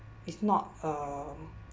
it's not a